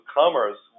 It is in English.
commerce